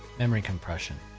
memory compression.